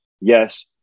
Yes